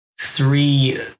three